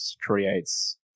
creates